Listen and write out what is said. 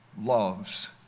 loves